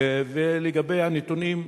ולגבי הנתונים,